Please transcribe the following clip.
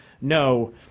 no –